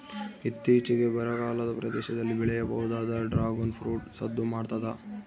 ಇತ್ತೀಚಿಗೆ ಬರಗಾಲದ ಪ್ರದೇಶದಲ್ಲಿ ಬೆಳೆಯಬಹುದಾದ ಡ್ರಾಗುನ್ ಫ್ರೂಟ್ ಸದ್ದು ಮಾಡ್ತಾದ